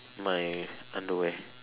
my underwear